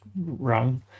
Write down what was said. run